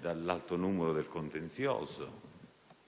dall'alto numero del contenzioso: